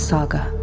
Saga